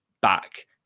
back